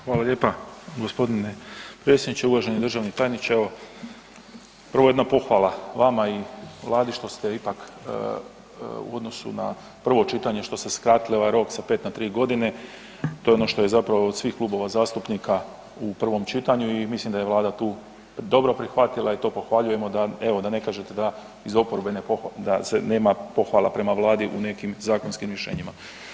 Hvala lijepa g. predsjedniče, uvaženi državni tajniče, evo, prvo jedna pohvala vama i Vladi što ste ipak u odnosu na prvo čitanje, što ste skratili ovaj rok sa 5 na 3 godine, to je ono što je zapravo od svih klubova zastupnika u prvom čitanju i mislim da je Vlada tu dobro prihvatila i to pohvaljujemo da, evo, da ne kažete da iz oporbe nema pohvala prema Vladi u nekim zakonskim rješenjima.